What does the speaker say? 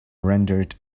rendered